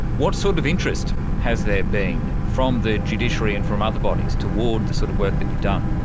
what sort of interest has there been from the judiciary and from other bodies toward the sort of work that you've done?